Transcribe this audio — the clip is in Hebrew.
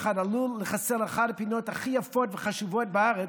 עלול לחסל את אחת הפינות הכי יפות וחשובות בארץ,